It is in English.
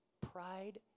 pride